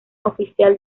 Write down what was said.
oficial